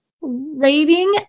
raving